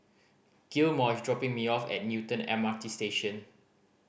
Gilmore is dropping me off at Newton M R T Station